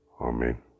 Amen